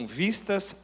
vistas